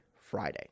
Friday